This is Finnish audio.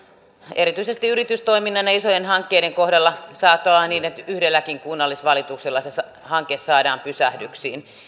erityisesti yritystoiminnan ja isojen hankkeiden kohdalla saattaa olla niin että yhdelläkin kunnallisvalituksella se hanke saadaan pysähdyksiin